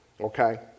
Okay